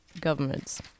Governments